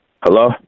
Hello